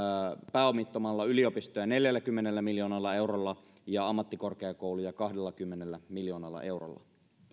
pääomittamalla yliopistoja neljälläkymmenellä miljoonalla eurolla ja ammattikorkeakouluja kahdellakymmenellä miljoonalla eurolla